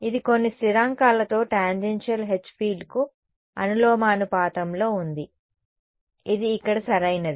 ఇది కొన్ని స్థిరాంకాలతో టాంజెన్షియల్ H ఫీల్డ్కు అనులోమానుపాతంలో ఉంది ఇది ఇక్కడ సరైనది